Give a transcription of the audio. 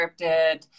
scripted